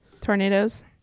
Tornadoes